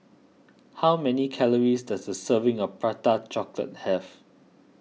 how many calories does a serving of Prata Chocolate have